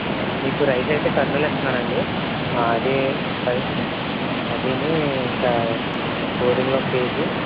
మీకు రైస్ అయితే కర్నూలు ఇస్తాను అండి అది అది ఇంకా గోధుమలు ఒక కేజీ